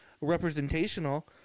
representational